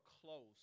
close